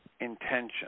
intention